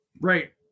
right